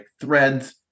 Threads